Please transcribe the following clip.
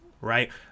right